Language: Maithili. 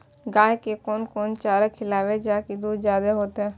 गाय के कोन कोन चारा खिलाबे जा की दूध जादे होते?